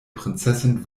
prinzessin